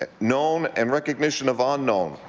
ah known and recognition of unknown.